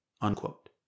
unquote